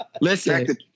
Listen